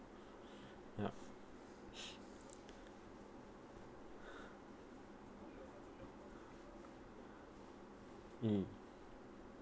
yup mm